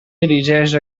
dirigeix